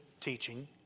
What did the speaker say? teaching